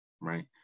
Right